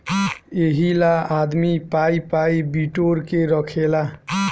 एहिला आदमी पाइ पाइ बिटोर के रखेला